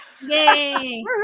Yay